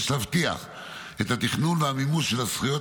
יש להבטיח את התכנון והמימוש של הזכויות